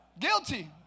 Guilty